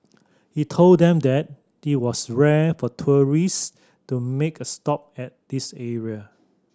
he told them that it was rare for tourists to make a stop at this area